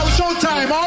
showtime